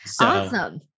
Awesome